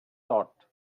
thought